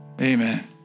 Amen